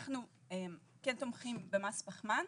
אנחנו כן תומכים במס פחמן.